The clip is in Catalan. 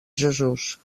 jesús